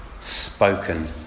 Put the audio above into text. spoken